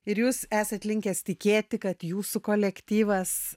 ir jūs esat linkęs tikėti kad jūsų kolektyvas